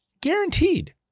Guaranteed